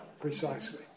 Precisely